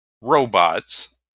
robots